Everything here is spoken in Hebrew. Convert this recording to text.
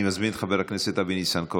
אני מזמין את חבר הכנסת אבי ניסנקורן,